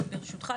ברשותך,